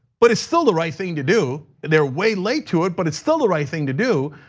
but it's still the right thing to do. and they're way late to it, but it's still the right thing to do.